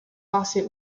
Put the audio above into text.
lawsuit